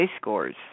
scores